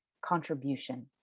contribution